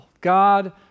God